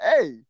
hey